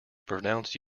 pronounce